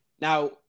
Now